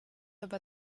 aber